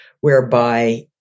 whereby